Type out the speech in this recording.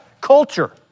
culture